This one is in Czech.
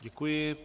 Děkuji.